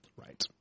right